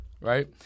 right